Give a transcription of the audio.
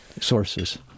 sources